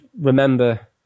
remember